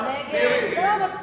נתקבלה.